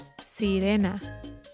sirena